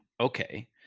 Okay